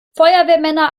feuerwehrmänner